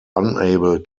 unable